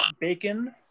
bacon